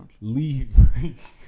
leave